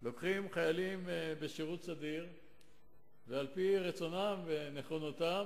לוקחים חיילים בשירות סדיר ועל-פי רצונם ונכונותם